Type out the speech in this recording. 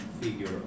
figure